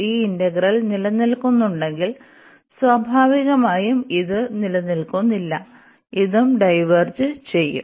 ഈ ഇന്റഗ്രൽ നിലനില്കുന്നുണ്ടെങ്കിൽ സ്വാഭാവികമായും ഇത് നിലനിൽക്കുന്നില്ല ഇതും ഡൈവേർജ് ചെയ്യും